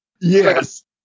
Yes